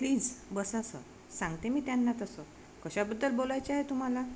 please बसा sir सांगते मी त्यांना तसं कशाबद्दल बोलायचे आहे तुम्हाला